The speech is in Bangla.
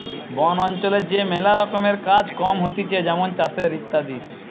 বন অঞ্চলে যে ম্যালা রকমের কাজ কম হতিছে যেমন চাষের ইত্যাদি